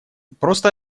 просто